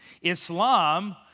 Islam